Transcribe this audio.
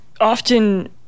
often